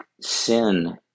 sin